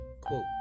Quote